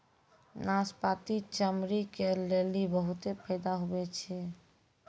नाशपती चमड़ी के लेली बहुते फैदा हुवै छै